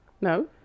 No